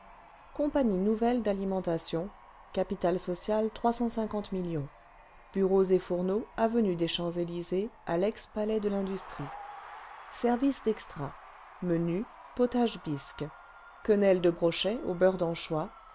compagnie nouvelle d'alimentation capital social o millions bureaux et fourneaux avenue des champs-elysées à lex palais de l'industrie l'ingénieur en chef service d'extra menu potage bisque quenelle de brochets au beurre d'anchois